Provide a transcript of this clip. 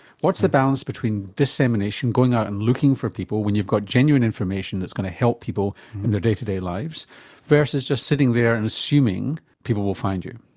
what's the balance between dissemination going out and looking for people when you've got genuine information that's going to help people in their day to day lives versus just sitting there and assuming people will find you?